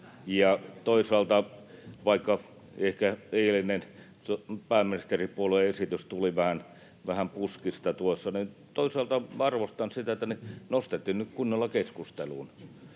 toisaalta, vaikka ehkä eilinen pääministeripuolueen esitys tuli vähän puskista tuossa, arvostan sitä, että se nostettiin nyt kunnolla keskusteluun.